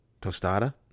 tostada